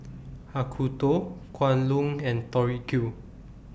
Acuto Kwan Loong and Tori Q